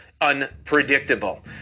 unpredictable